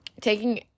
taking